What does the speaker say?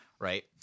right